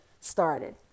started